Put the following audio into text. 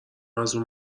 ازاون